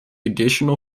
additional